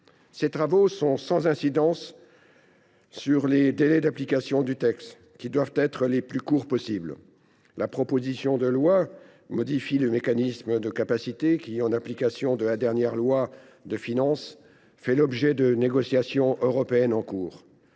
Ces projets ne sont pas affectés par les délais d’application du texte, qui doivent être les plus courts possible. La proposition de loi modifie le mécanisme de capacité qui, en application de la dernière loi de finances, fait l’objet de négociations européennes en cours.